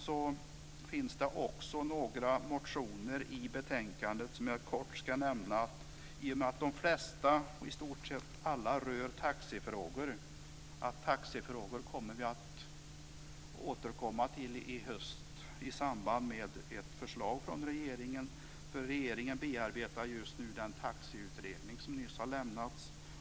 I övrigt behandlas några motioner i betänkandet som jag kort ska kommentera. De flesta rör taxifrågor, och till dem ska vi återkomma till i höst i samband med att regeringen lägger fram ett förslag. Regeringen bearbetar just nu den taxiutredning som nyss har lämnats.